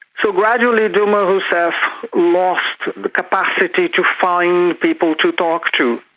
so gradually dilma herself lost the capacity to find people to talk to.